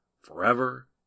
forever